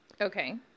Okay